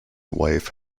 wife